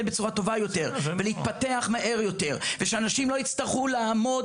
בצורה טובה יותר ולהתפתח מהר יותר ושאנשים לא יצטרכו לעמוד